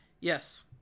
Yes